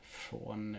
från